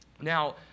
Now